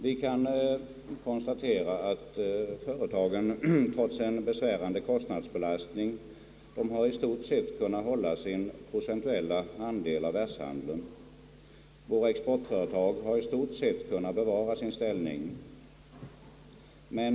Vi kan konstatera, att företagen, trots en besvärande kostnadsbelastning, i stort sett kunnat hålla sin procentuella andel av världshandeln, Våra exportföretag har i stort sett kunnat bevara sin ställning.